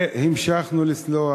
והמשכנו לסלוח.